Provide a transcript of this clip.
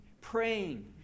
praying